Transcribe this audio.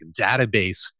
database